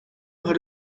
houdt